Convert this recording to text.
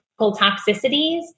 toxicities